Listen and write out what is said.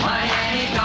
Miami